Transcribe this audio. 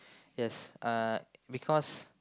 yes uh because